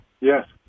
Yes